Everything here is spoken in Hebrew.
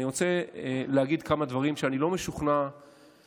אני רוצה להגיד כמה דברים שאני לא משוכנע שמציעי